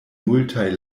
multaj